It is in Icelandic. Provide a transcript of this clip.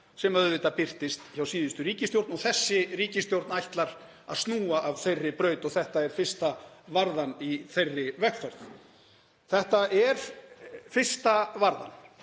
sem auðvitað birtist hjá síðustu ríkisstjórn. Þessi ríkisstjórn ætlar að snúa af þeirri braut og þetta er fyrsta varðan í þeirri vegferð. Þetta er fyrsta varðan.